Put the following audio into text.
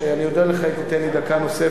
אני אודה לך אם תיתן לי דקה נוספת